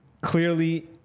Clearly